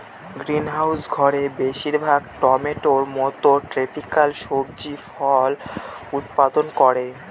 greenhouse ঘরে বেশির ভাগ টমেটোর মত ট্রপিকাল সবজি ফল উৎপাদন করে